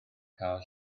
cael